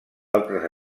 altres